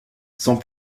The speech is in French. sans